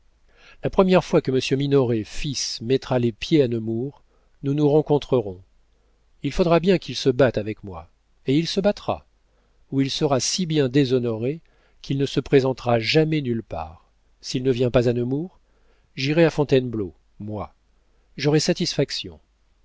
la première fois que monsieur minoret fils mettra les pieds à nemours nous nous rencontrerons il faudra bien qu'il se batte avec moi et il se battra ou il sera si bien déshonoré qu'il ne se présentera jamais nulle part s'il ne vient pas à nemours j'irai à fontainebleau moi j'aurai satisfaction